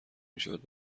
میشود